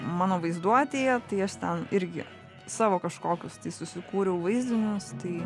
mano vaizduotėje tai aš ten irgi savo kažkokius tai susikūriau vaizdinius tai